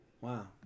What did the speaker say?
wow